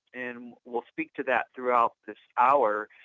and we'll speak to that throughout this hour.